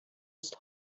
ist